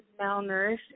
malnourished